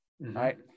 right